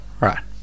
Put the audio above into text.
right